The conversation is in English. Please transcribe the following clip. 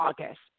August